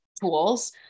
tools